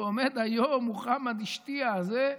ועומד היום מוחמד אשתייה הזה,